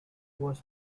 was